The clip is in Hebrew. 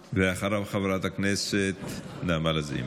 אחריו, חברת הכנסת נעמה לזימי.